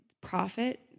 profit